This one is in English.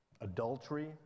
Adultery